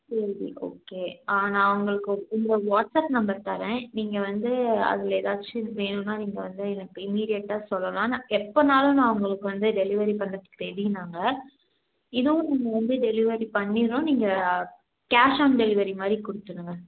சரி ஓகே நான் உங்களுக்கு ஒரு உங்களுக்கு வாட்ஸ்ஆப் நம்பர் தரேன் நீங்கள் வந்து அதில் ஏதாச்சும் வேணுன்னால் நீங்கள் வந்து எனக்கு இமீடியட்டாக சொல்லலாம் ந எப்போனாலும் நான் உங்களுக்கு வந்து டெலிவரி பண்ணுறத்துக்கு ரெடி நாங்கள் இதுவும் நாங்கள் வந்து டெலிவரி பண்ணிவிடுறோம் நீங்கள் கேஷ் ஆன் டெலிவரி மாதிரி கொடுத்துருங்க